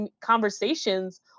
conversations